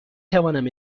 توانم